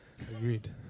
Agreed